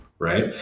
Right